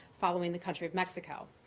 following the country of mexico.